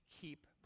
keep